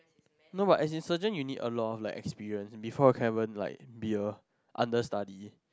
no but as in surgeon you need a lot of like experience before you can even be like be a understudy